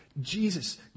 Jesus